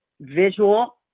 visual